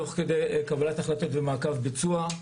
תוך כדי קבלת החלטות ומעקב ביצוע.